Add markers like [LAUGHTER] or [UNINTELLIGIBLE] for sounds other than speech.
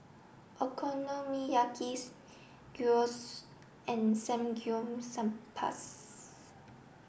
Okonomiyaki's Gyros and [UNINTELLIGIBLE]